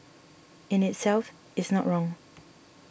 in itself is not wrong